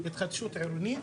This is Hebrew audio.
התחדשות עירונית,